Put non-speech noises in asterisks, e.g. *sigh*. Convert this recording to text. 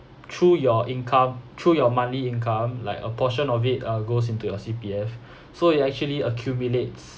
through your income through your monthly income like a portion of it uh goes into your C_P_F *breath* so you actually accumulates